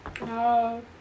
No